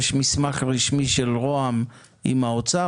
יש מסמך רשמי של רוה"מ עם האוצר,